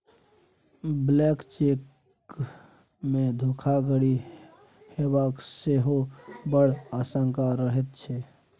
blank चेकमे धोखाधड़ी हेबाक सेहो बड़ आशंका रहैत छै